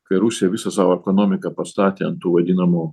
kai rusija visą savo ekonomiką pastatė ant tų vadinamų